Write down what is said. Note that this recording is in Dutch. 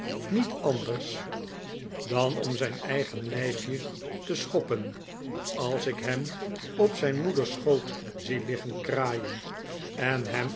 niet anders dan om zijn eigen lijfje te schoppen als ik hem op zijn moeders schoot zie liggen kraaien en hem